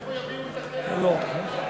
מאיפה יביאו את הכסף, אייכלר?